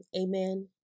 amen